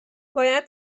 باید